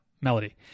Melody